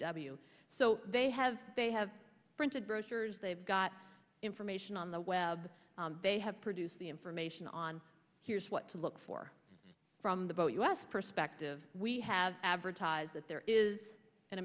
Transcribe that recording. w so they have they have printed grocers they've got information on the web they have produced the information on here's what to look for from the boat u s perspective we have advertised that there is